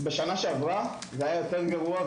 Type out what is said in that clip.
בשנה שעברה זה היה יותר גרוע,